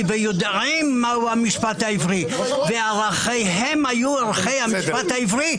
ויודעים מהו ערכיהם היו ערכי המשפט העברי,